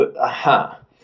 Aha